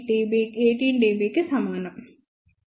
5 18 dBకి సమానం